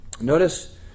Notice